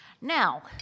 Now